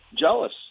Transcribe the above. Jealous